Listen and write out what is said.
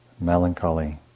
melancholy